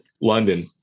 London